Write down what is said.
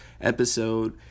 episode